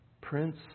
Prince